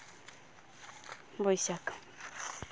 ᱵᱳᱭᱥᱟᱹᱠ